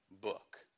book